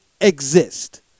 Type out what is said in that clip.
exist